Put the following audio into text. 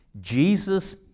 Jesus